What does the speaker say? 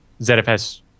ZFS